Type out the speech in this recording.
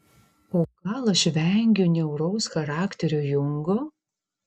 o gal aš vengiu niauraus charakterio jungo